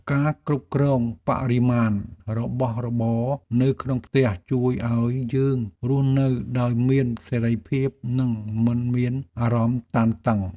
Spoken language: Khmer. ការគ្រប់គ្រងបរិមាណរបស់របរនៅក្នុងផ្ទះជួយឱ្យយើងរស់នៅដោយមានសេរីភាពនិងមិនមានអារម្មណ៍តានតឹង។